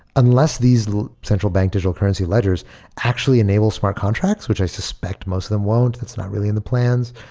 unless these central bank digital currency ledgers actually enables smart contracts, which i suspect most of them won't. that's not really in the plans.